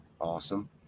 Awesome